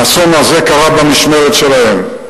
האסון הזה קרה במשמרת שלהם.